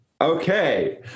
okay